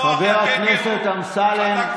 חבר הכנסת אמסלם,